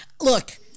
Look